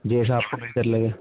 جیسا آپ کو بہتر لگے